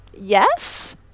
yes